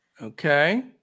Okay